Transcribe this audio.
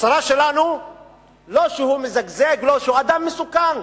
הצרה שלנו לא שהוא מזגזג, לא, שהוא אדם מסוכן.